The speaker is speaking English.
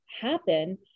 happen